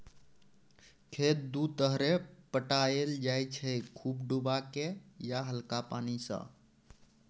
खेत दु तरहे पटाएल जाइ छै खुब डुबाए केँ या हल्का पानि सँ